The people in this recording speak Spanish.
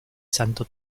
santo